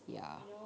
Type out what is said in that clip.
ya